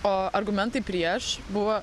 o argumentai prieš buvo